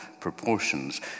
proportions